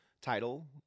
title